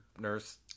nurse